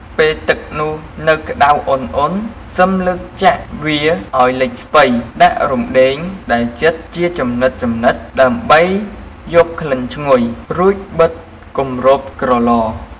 ពេលទឹកនោះនៅក្តៅអ៊ុនៗ សឹមលើកចាក់វាឱ្យលិចស្ពៃ ដាក់រំដេងដែលចិតជាចំណិតៗដើម្បីយកក្លិនឈ្ងុយ រួចបិទគម្របក្រឡ។